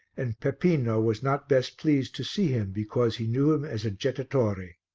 and peppino was not best pleased to see him because he knew him as a jettatore.